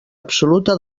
absoluta